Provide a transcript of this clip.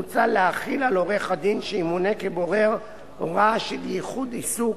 מוצע להחיל על עורך-הדין שימונה כבורר הוראה של ייחוד עיסוק,